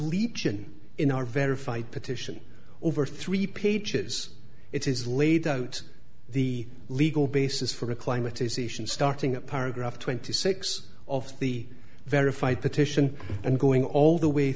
legion in our verified petition over three pages it is laid out the legal basis for a climate is starting paragraph twenty six of the verified petition and going all the way